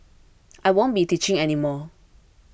I won't be teaching any more